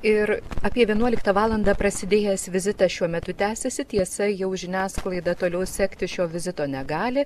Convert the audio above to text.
ir apie vienuoliktą valandą prasidėjęs vizitas šiuo metu tęsiasi tiesa jau žiniasklaida toliau sekti šio vizito negali